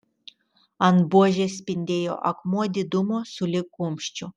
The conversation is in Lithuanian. ant buožės spindėjo akmuo didumo sulig kumščiu